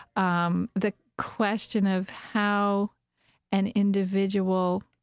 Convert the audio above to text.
um the question of how an individual